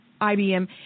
IBM